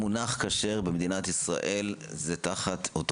המונח כשר במדינת ישראל זה תחת אותו